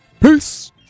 Peace